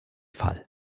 fall